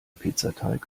pizzateig